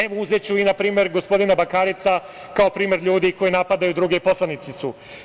Evo, uzeću na primer gospodina Bakareca, kao primer ljudi koji napadaju druge, poslanici su.